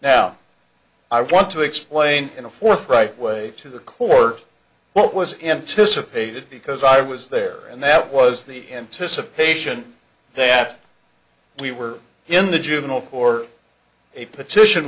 now i want to explain in a forthright way to the court what was anticipated because i was there and that was the anticipation that we were in the juvenile court a petition